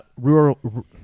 Rural